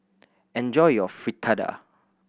enjoy your Fritada